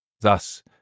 Thus